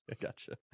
gotcha